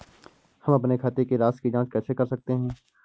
हम अपने खाते की राशि की जाँच कैसे कर सकते हैं?